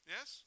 Yes